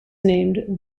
named